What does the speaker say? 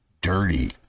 dirty